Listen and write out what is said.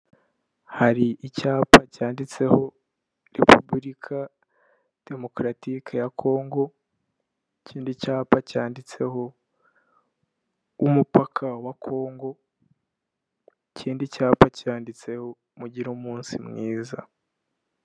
Hari icyapa cyanditseho repubulika demokaratike ya Kongo. Ikindi cyapa cyanditseho umupaka wa kongo, ikindi cyapa cyanditseho mugire umunsi mwiza.